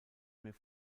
mehr